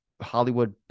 Hollywood